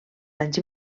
anys